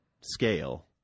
scale